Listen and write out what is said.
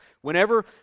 Whenever